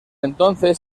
entonces